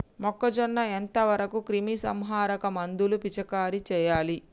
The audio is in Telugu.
మొక్కజొన్న ఎంత వరకు క్రిమిసంహారక మందులు పిచికారీ చేయాలి?